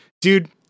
Dude